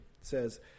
says